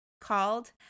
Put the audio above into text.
called